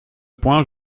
point